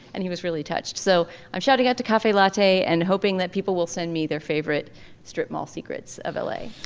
and he was really touched so i'm shouting out to cafe latte and hoping that people will send me their favorite strip mall secrets of l a.